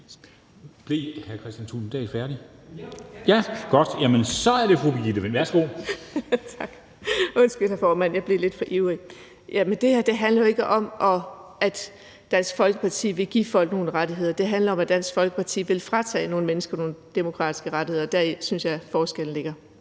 Det her handler jo ikke om, at Dansk Folkeparti vil give folk nogle rettigheder, det handler om, at Dansk Folkeparti vil fratage nogle mennesker nogle demokratiske rettigheder, og deri synes jeg forskellen ligger.